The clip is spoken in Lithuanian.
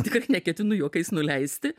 tikrai neketinu juokais nuleisti